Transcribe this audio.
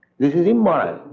this is immoral.